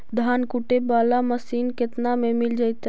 धान कुटे बाला मशीन केतना में मिल जइतै?